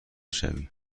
شوی